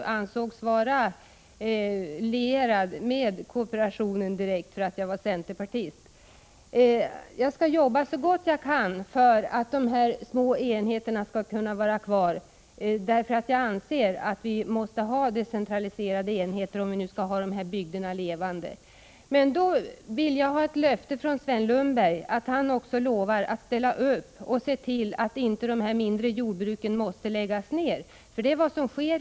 Han anser tydligen att jag är direkt lierad med kooperationen eftersom jag är centerpartist. Jag skall jobba så gott jag kan för att dessa små enheter skall kunna vara kvar. Jag anser nämligen att vi måste ha decentraliserade enheter om dessa bygder skall förbli levande. I gengäld vill jag att Sven Lundberg lovar att ställa upp och se till att de mindre jordbruken inte behöver läggas ner på det sätt som i dag sker.